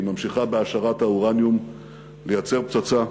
היא ממשיכה בהעשרת האורניום לייצר פצצה.